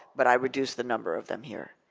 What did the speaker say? but i reduced the number of them here.